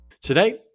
Today